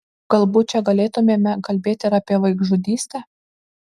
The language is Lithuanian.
galbūt čia galėtumėme kalbėti ir apie vaikžudystę